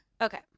Okay